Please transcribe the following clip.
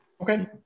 Okay